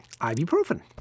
ibuprofen